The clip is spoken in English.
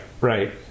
right